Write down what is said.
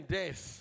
death